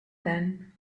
then